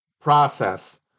process